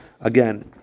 Again